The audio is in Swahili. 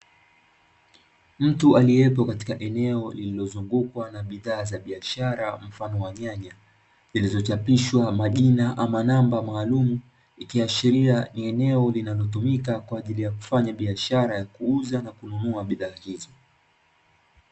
Mtu aliyepo katika eneo lililozungukwa na bidhaa za biashara mfano wa nyanya, zilizochapishwa majina ama namba maalumu ikiashiria ni eneo linalotumika, kwa ajili ya kufanya biashara ya kuuza na kununua bidhaa hizo.